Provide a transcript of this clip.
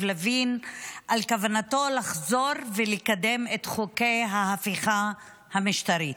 לוין על כוונתו לחזור ולקדם את חוקי ההפיכה המשטרית.